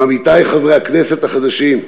עם עמיתי חברי הכנסת החדשים,